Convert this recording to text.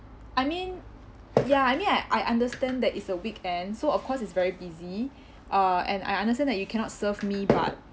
I mean ya I mean I I understand that it's a weekend so of course it's very busy uh and I understand that you cannot serve me but